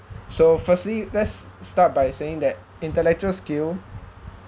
so firstly let's start by saying that intellectual skill